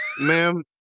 Ma'am